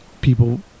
people